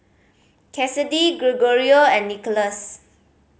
Kassidy Gregorio and Nicholas